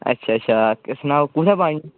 अच्छा अच्छा सनाओ कुत्थें पानी